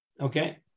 Okay